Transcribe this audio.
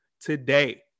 today